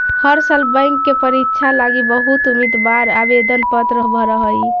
हर साल बैंक के परीक्षा लागी बहुत उम्मीदवार आवेदन पत्र भर हई